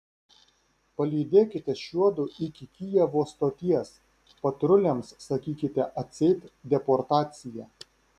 palydėkite šiuodu iki kijevo stoties patruliams sakykite atseit deportacija